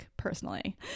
Personally